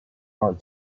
art